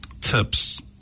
tips